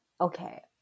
okay